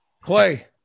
Clay